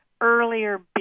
earlier